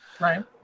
right